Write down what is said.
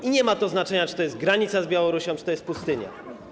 I nie ma znaczenia, czy to jest granica z Białorusią, czy to jest pustynia.